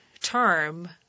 term